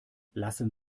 lassen